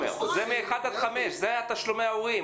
זה תשלומי ההורים.